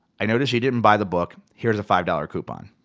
i noticed you didn't buy the book, here's a five dollar coupon.